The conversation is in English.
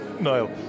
Niall